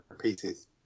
pieces